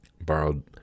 Borrowed